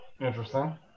interesting